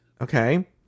Okay